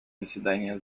заседание